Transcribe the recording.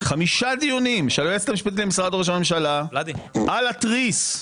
חמישה דיונים של היועצת המשפטית למשרד ראש הממשלה על התריס.